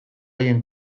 haien